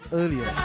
earlier